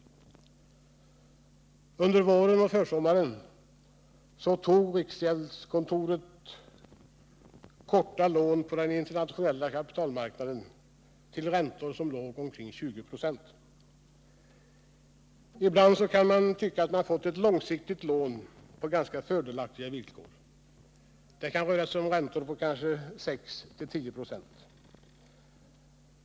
Under våren och försommaren tog riksgäldskontoret upp korta lån på den internationella kapitalmarknaden till räntor som låg omkring 20 96. Ibland kan man tycka att man fått ett långsiktigt lån på ganska fördelaktiga villkor. Det kan röra sig om räntor på kanske 6-10 96.